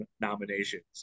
nominations